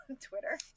Twitter